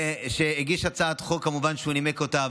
שהגיש את הצעת החוק, שנימק אותה.